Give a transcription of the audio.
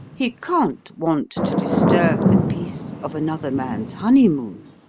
he can't want to disturb the peace of another man's honeymoon!